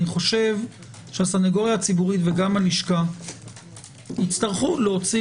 אני חושב שהסנגוריה הציבורית וגם הלשכה יצטרכו להוציא